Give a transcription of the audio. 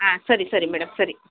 ಹಾಂ ಸರಿ ಸರಿ ಮೇಡಮ್ ಸರಿ